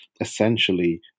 essentially